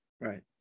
right